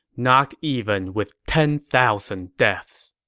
not even with ten thousand deaths!